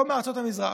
לא מארצות המזרח,